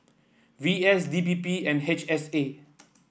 V S D P P and H S A